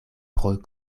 pro